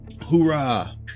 Hoorah